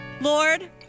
Lord